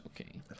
okay